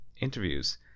interviews